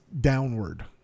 downward